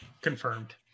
Confirmed